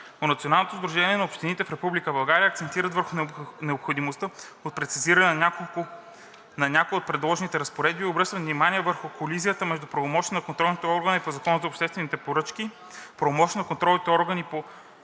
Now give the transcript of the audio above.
Националното сдружение на общините в Република България акцентират върху необходимостта от прецизиране на някои от предложените разпоредби и обръщат внимание върху колизията между правомощията на контролните органи по Закона за обществените поръчки,